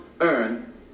earn